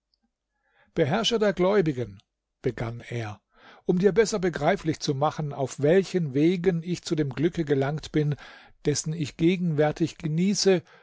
beherrscher der gläubigen begann er um dir besser begreiflich zu machen auf welchen wegen ich zu dem glücke gelangt bin dessen ich gegenwärtig genieße